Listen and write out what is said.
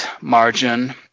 margin